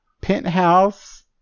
penthouse